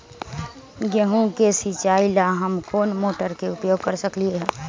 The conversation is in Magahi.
गेंहू के सिचाई ला हम कोंन मोटर के उपयोग कर सकली ह?